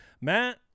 matt